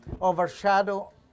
overshadow